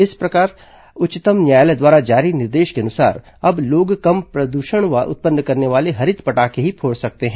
इसी प्रकार उच्चतम न्यायालय द्वारा जारी निर्देश के अनुसार लोग अब कम प्रदूषण उत्पन्न करने वाले हरित पटाखे ही फोड़ सकते हैं